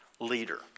leader